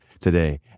today